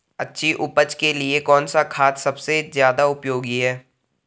अच्छी उपज के लिए कौन सा खाद सबसे ज़्यादा उपयोगी है?